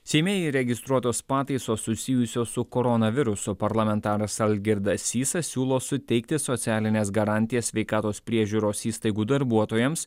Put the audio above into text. seime įregistruotos pataisos susijusios su koronavirusu parlamentaras algirdas sysas siūlo suteikti socialines garantijas sveikatos priežiūros įstaigų darbuotojams